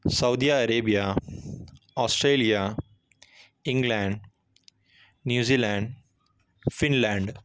Saudi Arabia Australia England New Zealand Finland